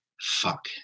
fuck